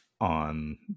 on